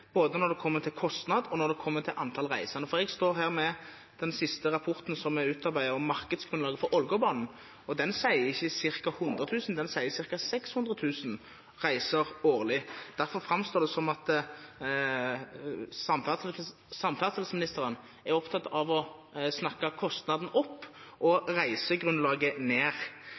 både når det kommer til kostnad, og når det kommer til antall reisende. For jeg står her med den siste rapporten som er utarbeidet om markedsgrunnlaget for Ålgårdbanen, og den sier ikke ca. 100 000. Den sier ca. 600 000 reiser årlig. Derfor framstår det som om samferdselsministeren er opptatt av å snakke kostnaden opp og reisegrunnlaget ned.